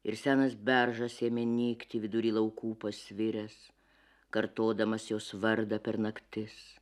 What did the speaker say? ir senas beržas ėmė nykti vidury laukų pasviręs kartodamas jos vardą per naktis